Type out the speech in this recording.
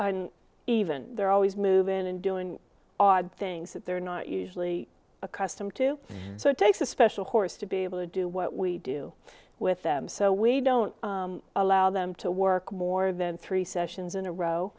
always even there are always moving in and doing odd things that they're not usually accustomed to so it takes a special horse to be able to do what we do with them so we don't allow them to work more than three sessions in a row